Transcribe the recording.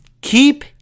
keep